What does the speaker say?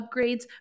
upgrades